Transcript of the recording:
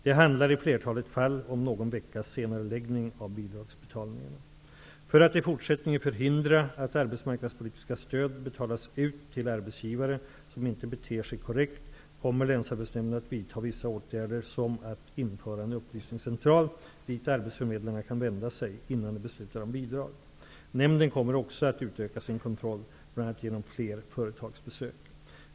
Det handlar i flertalet fall om någon veckas senareläggning av bidragsbetalningarna. För att i fortsättningen förhindra att arbetsmarknadspolitiska stöd betalas ut till arbetsgivare, som inte beter sig korrekt, kommer Länsarbetsnämnden att vidta vissa åtgärder, t.ex. införa en upplysningscentral dit arbetsförmedlingarna kan vända sig innan de beslutar om bidrag. Nämnden kommer också att utöka sin kontroll, bl.a. genom fler företagsbesök.